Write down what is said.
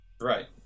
Right